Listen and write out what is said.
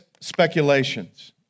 speculations